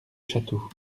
château